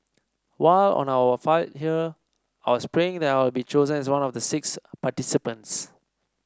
while on our fight here I was praying be chosen as one of the six participants